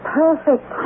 perfect